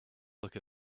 look